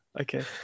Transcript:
Okay